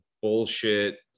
Bullshit